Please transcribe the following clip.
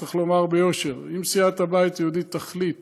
צריך לומר ביושר: אם סיעת הבית היהודי תחליט